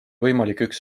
võimalik